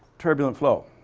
turbulent flow.